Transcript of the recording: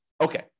Okay